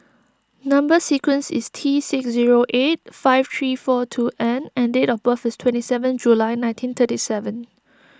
Number Sequence is T six zero eight five three four two N and date of birth is twenty seven July nineteen thirty seven